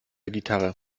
gitarre